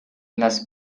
las